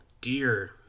dear